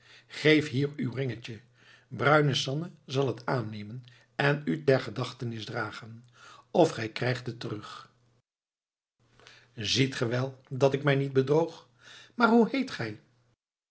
geef hier uw ringetje bruine sanne zal het aannemen en u ter gedachtenis dragen of gij krijgt het terug ziet ge wel dat ik mij niet bedroog maar hoe heet gij